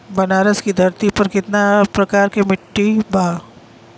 बनारस की धरती पर कितना प्रकार के मिट्टी बा?